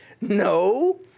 No